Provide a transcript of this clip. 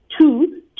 Two